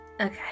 Okay